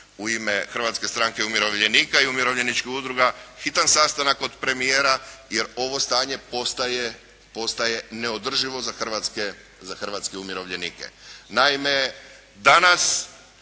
u ime Hrvatske strane umirovljenika i umirovljeničkih udruga hitan sastanak kod premijera jer ovo stanje postaje neodrživo za hrvatske umirovljenike.